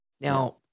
Now